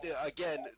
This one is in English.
again